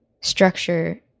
structure